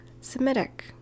Semitic